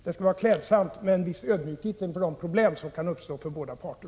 Det skulle vara klädsamt med en viss ödmjukhet inför de problem som kan uppstå för båda parter.